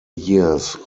years